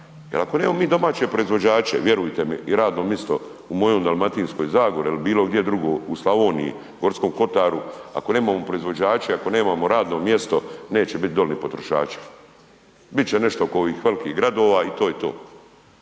ako nemamo mi domaće proizvođače, vjerujte mi, i radno misto u mojoj Dalmatinskoj Zagori il bilo gdje drugo, u Slavoniji, Gorskom Kotaru, ako nemamo proizvođače, ako nemamo radno mjesto, neće bit doli ni potrošača, bit će nešto oko ovih velikih gradova i to je to.